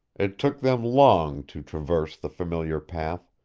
it took them long to traverse the familiar path,